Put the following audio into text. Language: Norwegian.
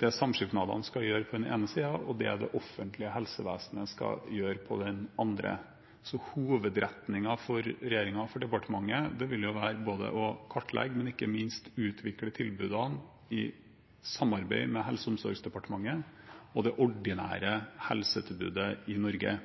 det samskipnadene skal gjøre på den ene siden, og det det offentlige helsevesenet skal gjøre på den andre siden. Så hovedretningen for regjeringen og for departementet vil være å kartlegge og ikke minst utvikle tilbudene i samarbeid med Helse- og omsorgsdepartementet og det ordinære helsetilbudet i Norge.